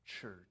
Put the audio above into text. church